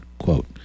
quote